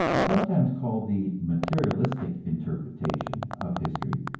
sometimes called the materialistic interpretation of history,